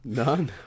none